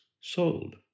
sold